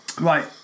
Right